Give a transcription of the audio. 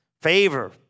Favor